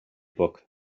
book